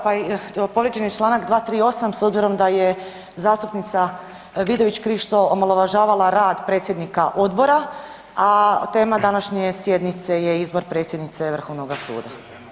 Povrijeđen je čl. 238 s obzirom da je zastupnica Vidović Krišto omalovažavala rad predsjednika Odbora, a tema današnje sjednice je izbor predsjednice Vrhovnoga suda.